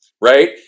right